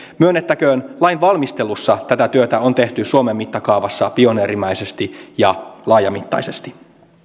myönnettäköön lain valmistelussa tätä työtä on tehty suomen mittakaavassa pioneerimäisesti ja laajamittaisesti